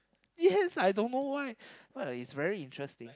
yes I don't know why but it's very interesting